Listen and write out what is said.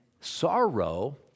sorrow